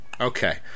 Okay